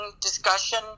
discussion